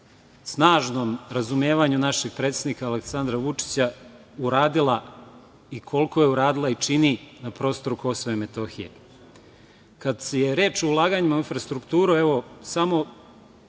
snažnom razumevanju našeg predsednika Aleksandra Vučića uradila i koliko je uradila i čini na prostoru Kosova i Metohije. Kada je reč o ulaganjima u infrastrukturu, evo samo